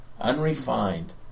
Unrefined